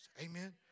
Amen